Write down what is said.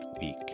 week